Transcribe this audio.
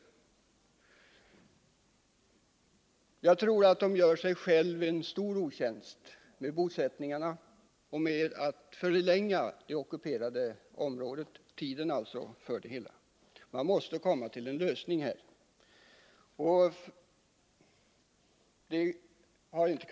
Men enligt min mening gör Israel sig självt en stor otjänst med de här bosättningarna och genom att förlänga tiden för dem. Man måste komma fram till en lösning på den här frågan.